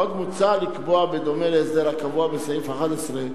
עוד מוצע לקבוע, בדומה להסדר הקבוע בסעיף 11,